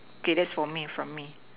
okay that's for me from me